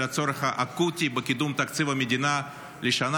הצורך על הצורך האקוטי בקידום תקציב המדינה לשנה.